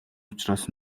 учраас